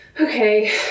Okay